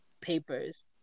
papers